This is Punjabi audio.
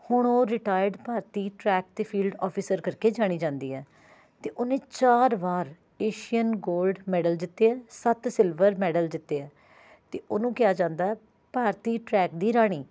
ਹੁਣ ਉਹ ਰਿਟਾਇਰਡ ਭਾਰਤੀ ਟਰੈਕ ਅਤੇ ਫੀਲਡ ਔਫੀਸਰ ਕਰਕੇ ਜਾਣੀ ਜਾਂਦੀ ਹੈ ਅਤੇ ਉਹਨੇ ਚਾਰ ਵਾਰ ਏਸ਼ੀਅਨ ਗੋਲਡ ਮੈਡਲ ਜਿੱਤੇ ਹੈ ਸੱਤ ਸਿਲਵਰ ਮੈਡਲ ਜਿੱਤੇ ਹੈ ਅਤੇ ਉਹਨੂੰ ਕਿਹਾ ਜਾਂਦਾ ਹੈ ਭਾਰਤੀ ਟਰੈਕ ਦੀ ਰਾਣੀ